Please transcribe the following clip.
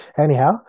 Anyhow